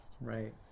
Right